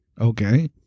Okay